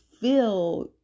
feel